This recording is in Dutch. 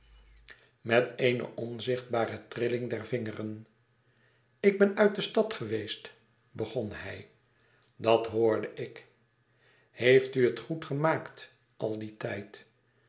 met eene onzichtbare trilling der vingeren ik ben uit de stad geweest begon hij dat hoorde ik louis couperus extaze een boek van geluk heeft u het goed gemaakt al dien tijd